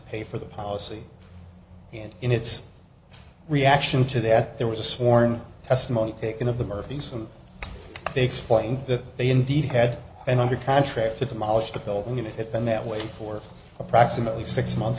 pay for the policy and in its reaction to that there was a sworn testimony taken of the murphys them they explained that they indeed had an under contract to demolish the building and it had been that way for approximately six months